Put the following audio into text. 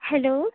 hello